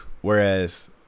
Whereas